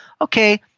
Okay